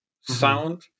sound